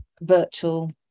virtual